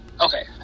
Okay